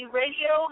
radio